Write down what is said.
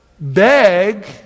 beg